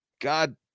God